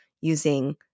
using